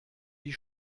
die